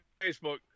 Facebook